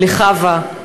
לחוה,